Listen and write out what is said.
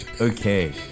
okay